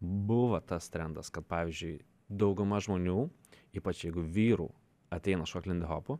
buvo tas trendas kad pavyzdžiui dauguma žmonių ypač jeigu vyrų ateina šokt lindihopo